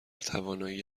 توانایی